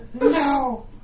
No